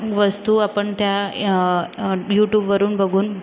वस्तू आपण त्या य यूटूबवरून बघून